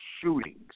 shootings